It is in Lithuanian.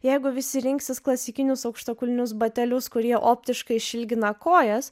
jeigu visi rinksis klasikinius aukštakulnius batelius kurie optiškai išilgina kojas